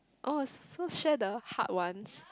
oh so share the hard ones